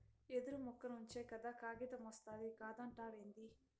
యెదురు మొక్క నుంచే కదా కాగితమొస్తాది కాదంటావేంది